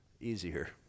Easier